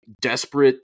desperate